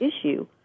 issue